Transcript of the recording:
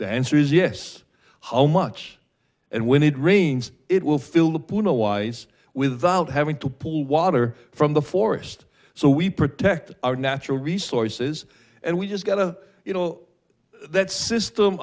the answer is yes how much and when it rains it will fill the put a wise without having to pull water from the forest so we protect our natural resources and we just got a little that system